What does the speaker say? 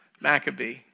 Maccabee